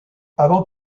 avant